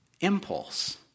impulse